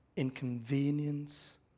inconvenience